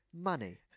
Money